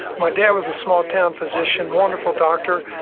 my dad was a small-town physician, wonderful doctor,